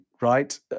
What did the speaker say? right